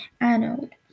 anode